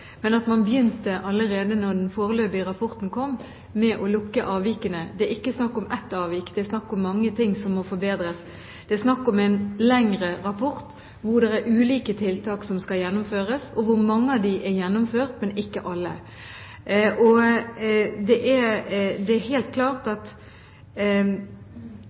ikke snakk om ett avvik, det er snakk om mange ting som må forbedres. Det er snakk om en lengre rapport, hvor det er ulike tiltak som skal gjennomføres, og hvor mange av dem er gjennomført, men ikke alle. Det er helt klart at